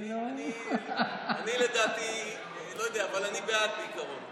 אני, לדעתי, לא יודע, אבל אני בעד, בעיקרון.